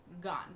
gone